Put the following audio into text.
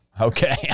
okay